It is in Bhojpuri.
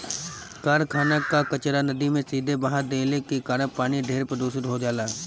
कारखाना कअ कचरा नदी में सीधे बहा देले के कारण पानी ढेर प्रदूषित हो जाला